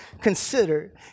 consider